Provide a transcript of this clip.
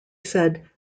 said